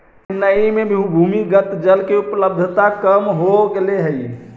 चेन्नई में भी भूमिगत जल के उपलब्धता कम हो गेले हई